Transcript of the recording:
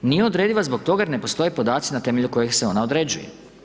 Nije odrediva zbog toga jer ne postoje podaci o na temelju kojih se ona određuje.